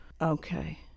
Okay